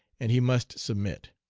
and he must submit.